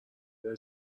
داره